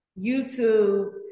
YouTube